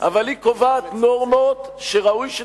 אלא היא קובעת נורמות שראוי שתיקבענה.